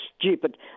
stupid